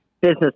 business